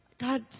God